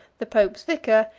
the pope's vicar,